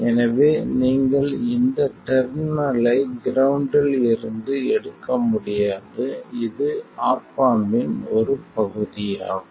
எனவே நீங்கள் இந்த டெர்மினலை கிரவுண்ட்டில் இருந்து எடுக்க முடியாது இது ஆப் ஆம்ப் இன் ஒரு பகுதியாகும்